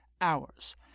hours